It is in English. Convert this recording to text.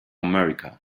america